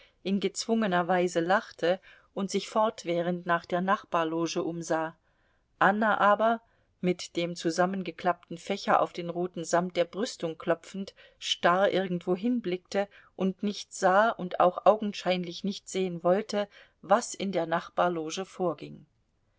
in gezwungener weise lachte und sich fortwährend nach der nachbarloge umsah anna aber mit dem zusammengeklappten fächer auf den roten samt der brüstung klopfend starr irgendwohin blickte und nicht sah und auch augenscheinlich nicht sehen wollte was in der nachbarloge vorging